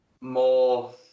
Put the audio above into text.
more